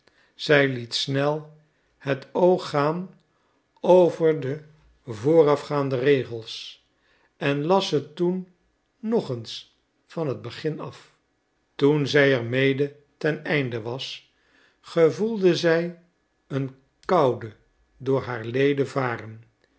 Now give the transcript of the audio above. zij liet snel het oog gaan over de voorafgaande regels en las ze toen nog eens van het begin af toen zij er mede ten einde was gevoelde zij een koude door haar leden varen